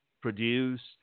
produced